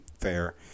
fair